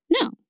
No